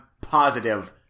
positive